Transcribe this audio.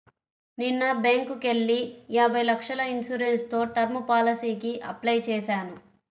నిన్న బ్యేంకుకెళ్ళి యాభై లక్షల ఇన్సూరెన్స్ తో టర్మ్ పాలసీకి అప్లై చేశాను